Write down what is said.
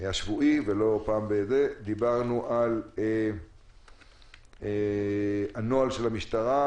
השבועי ולא פעם בחודש, דיברנו על הנוהל של המשטרה,